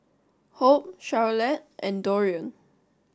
hope Charolette and Dorian